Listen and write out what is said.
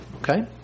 Okay